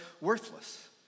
worthless